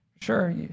Sure